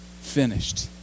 finished